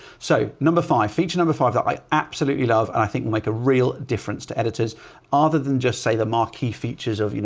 so number five, feature number five that i absolutely love. and i think will make a real difference to editors other than just say the marquee features of you